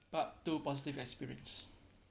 part two positive experience